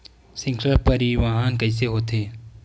श्रृंखला परिवाहन कइसे होथे?